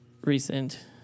recent